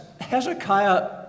Hezekiah